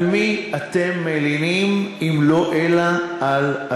על מי אתם מלינים אם לא על עצמכם?